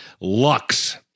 Lux